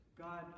God